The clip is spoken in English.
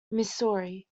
missouri